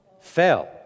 Fell